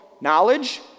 knowledge